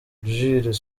jules